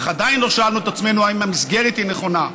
אך עדיין לא שאלנו את עצמנו אם המסגרת היא נכונה.